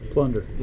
Plunder